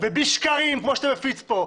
ובלי שקרים כמו שאתה מפיץ כאן.